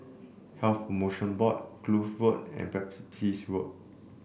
Health Promotion Board Kloof Road and Pepys Road